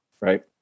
right